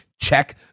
check